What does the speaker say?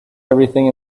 everything